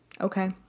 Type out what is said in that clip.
okay